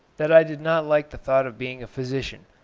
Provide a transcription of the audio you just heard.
that i did not like the thought of being a physician,